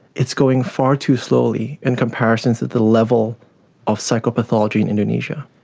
it's going far too slowly in comparison to the level of psychopathology in indonesia.